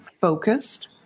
focused